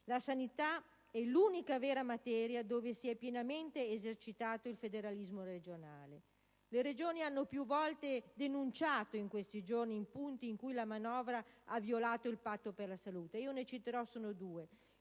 La sanità è l'unica vera materia dove si è pienamente esercitato il federalismo regionale. Le Regioni hanno più volte denunciato in questi giorni i punti in cui la manovra ha violato il Patto per la salute; ne citerò solo due.